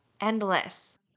endless